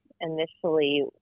initially